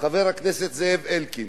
חבר הכנסת זאב אלקין.